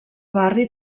barri